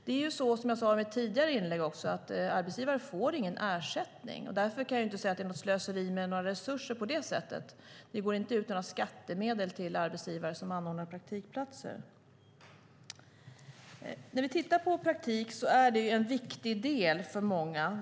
Som jag också sade i mitt tidigare inlägg får arbetsgivare inte någon ersättning, därför kan jag inte säga att det är slöseri med några resurser på det sättet. Det går inte ut några skattemedel till arbetsgivare som anordnar praktikplatser. Praktik är ju en viktig del för många.